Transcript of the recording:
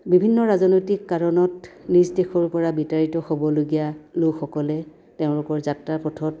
বিভিন্ন ৰাজনৈতিক কাৰণত নিজ দেশৰ পৰা বিতাৰিত হ'বলগীয়া লোকসকলে তেওঁলোকৰ যাত্ৰাৰ পথত